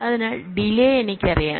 അതിനാൽ ഡിലെ എനിക്കറിയാം